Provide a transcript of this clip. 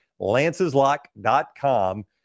Lance'slock.com